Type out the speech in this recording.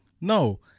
No